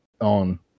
on